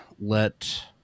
let